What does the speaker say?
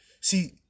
See